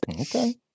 Okay